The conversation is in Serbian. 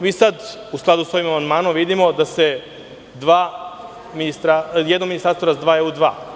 Mi sad, u skladu sa ovim amandmanom, vidimo da se jedno ministarstvo razdvaja u dva.